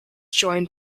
joined